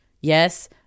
Yes